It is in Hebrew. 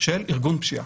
של ארגון פשיעה.